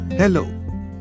Hello